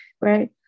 right